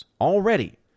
Already